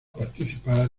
participar